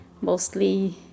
mostly